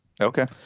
Okay